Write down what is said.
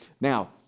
Now